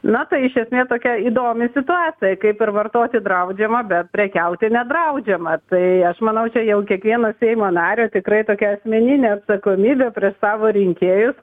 na tai iš esmė tokia įdomi situacija kaip ir vartoti draudžiama bet prekiauti nedraudžiama tai aš manau čia jau kiekvieno seimo nario tikrai tokia asmeninė atsakomybė prieš savo rinkėjus